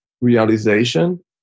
realization